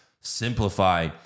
simplify